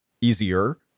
easier